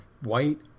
white